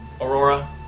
Aurora